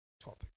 topic